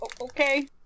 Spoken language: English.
Okay